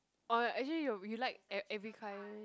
or actually you you like e~ every kind